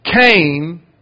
Cain